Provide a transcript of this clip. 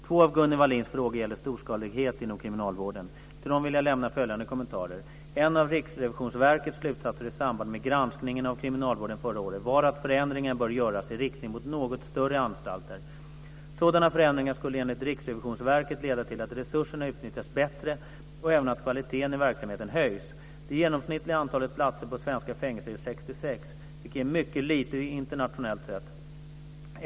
Två av Gunnel Wallins frågor gäller storskalighet inom kriminalvården. Till dem vill jag lämna följande kommentarer. En av Riksrevisionsverkets slutsatser i samband med granskningen av kriminalvården förra året var att förändringar bör göras i riktning mot något större anstalter. Sådana förändringar skulle enligt Riksrevisionsverket leda till att resurserna utnyttjas bättre och även till att kvaliteten i verksamheten höjs. Det genomsnittliga antalet platser på svenska fängelser är 66 - vilket är mycket litet internationellt sett.